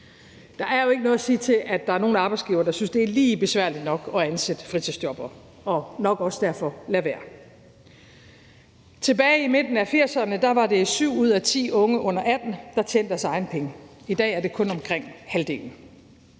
Der er jo ikke noget at sige til, at der er nogle arbejdsgivere, der synes, at det er lige besværligt nok at ansætte fleksjobbere, og nok også derfor lader være. Tilbage i midten af 1980'erne var det syv ud af ti unge under 18 år, der tjente deres egne penge. I dag er det kun omkring halvdelen.